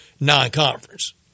non-conference